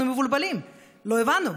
אנחנו מבולבלים, לא הבנו,